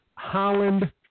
Holland